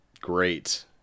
Great